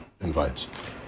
invites